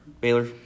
Baylor